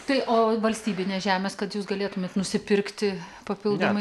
tai o valstybinės žemės kad jūs galėtumėt nusipirkti papildomai